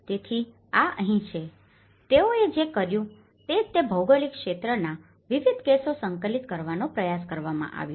તેથી આ અહીં છે તેઓએ જે કર્યું તે જ તે ભૌગોલિક ક્ષેત્રના વિવિધ કેસોને સંકલિત કરવાનો પ્રયાસ કરવામાં આવ્યો